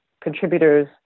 contributors